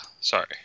sorry